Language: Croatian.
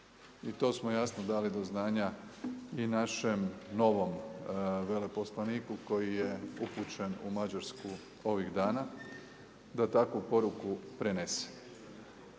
i to smo jasno dali do znanja i našem novom veleposlaniku koji je upućen u Mađarsku ovih dana, da takvu poruku prenese.